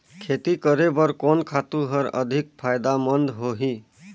खेती करे बर कोन खातु हर अधिक फायदामंद होही?